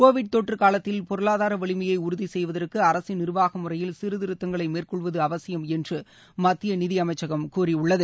Covid தொற்று காலத்தில் பொருளாதார வலிமையை உறுதி செய்வதற்கு அரசின் நிர்வாக முறையில் சீர்திருத்தங்களை மேற்கொள்வது அவசியம் என்று மத்திய நிதி அமைச்சகம் கூறியுள்ளது